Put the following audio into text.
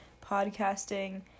podcasting